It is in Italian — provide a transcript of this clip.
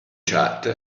chat